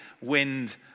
wind